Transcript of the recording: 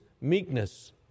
meekness